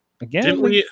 again